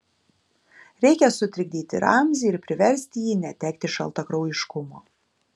reikia sutrikdyti ramzį ir priversti jį netekti šaltakraujiškumo